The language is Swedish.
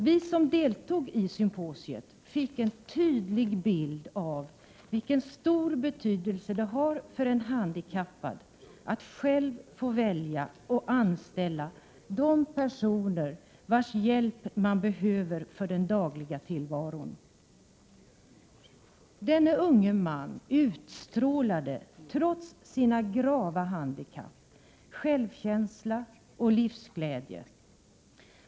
Vi som deltog i symposiet fick en tydlig bild av vilken stor betydelse det har för en handikappad att själv få välja och anställa de personer vilkas hjälp han behöver för den dagliga tillvaron. Den unge mannen utstrålade trots sina grava handikapp självkänsla och livsglädje.